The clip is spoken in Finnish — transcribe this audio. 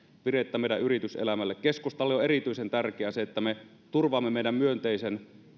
virettä meidän yrityselämällemme keskustalle on erityisen tärkeää se että me turvaamme meidän myönteisen